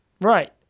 Right